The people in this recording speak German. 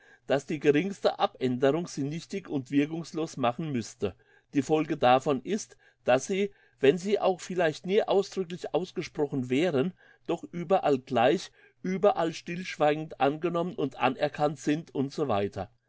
dass die geringste abänderung sie nichtig und wirkungslos machen müsste die folge davon ist dass sie wenn sie auch vielleicht nie ausdrücklich ausgesprochen wären doch überall gleich überall stillschweigend angenommen und anerkannt sind u s